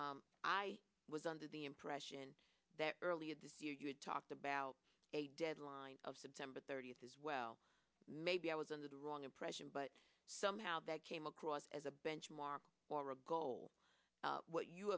well i was under the impression that earlier this year you had talked about a deadline of september thirtieth as well maybe i was on the wrong impression but somehow that came across as a benchmark or a goal what you